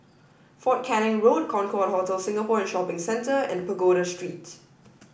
Fort Canning Road Concorde Hotel Singapore and Shopping Centre and Pagoda Street